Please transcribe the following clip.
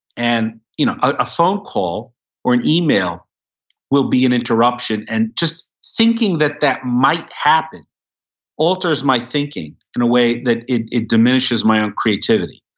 and you know a phone call or an email will be an interruption. and just thinking that that might happen alters my thinking in a way that it it diminishes my own creativity.